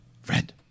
friend